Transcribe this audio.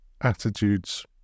attitudes